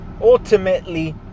ultimately